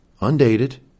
undated